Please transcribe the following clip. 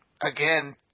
again